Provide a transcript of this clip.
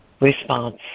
response